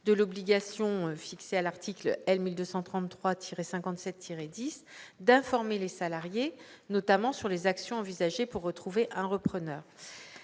de l'obligation fixée à l'article L. 1233-57-10 du code du travail d'informer les salariés, notamment sur les actions envisagées pour trouver un repreneur.